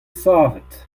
savet